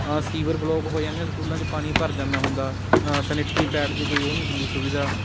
sewer block ਹੋ ਜਾਂਦੇ ਸਕੂਲਾਂ 'ਚ ਪਾਣੀ ਭਰ ਜਾਂਦਾ ਹੁੰਦਾ ਸੈਨੇਟਰੀ ਪੈਡ ਦੀ ਕੋਈ ਉਹ ਨਹੀਂ ਹੁੰਦੀ ਸੁਵਿਧਾ